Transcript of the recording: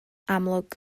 amlwg